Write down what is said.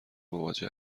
مواجه